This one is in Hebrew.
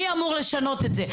מי אמור לשנות את זה,